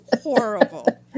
horrible